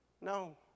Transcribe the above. No